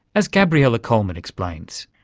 as gabriella coleman explains.